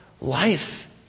life